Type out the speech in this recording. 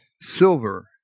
silver